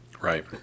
Right